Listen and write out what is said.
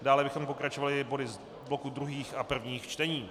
Dále bychom pokračovali body z bloku druhých a prvních čtení.